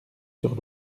sur